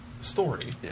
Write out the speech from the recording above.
story